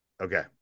Okay